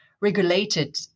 regulated